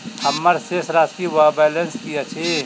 हम्मर शेष राशि वा बैलेंस की अछि?